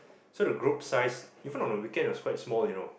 so the group size even on a weekend was quite small you know